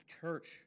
church